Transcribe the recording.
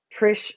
Trish